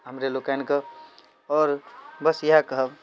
हमरा लोकनिकेॅं आओर बस यएह कहब